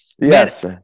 yes